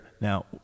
now